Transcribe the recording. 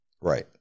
Right